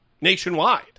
nationwide